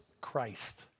Christ